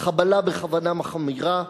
חבלה בכוונה מחמירה,